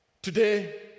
today